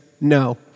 no